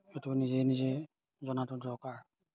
এইটো নিজে নিজে জনাটো দৰকাৰ